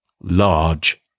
Large